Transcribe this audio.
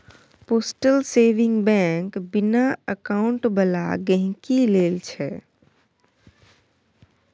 postal saving bank बिना account बला गहिंकी लेल छै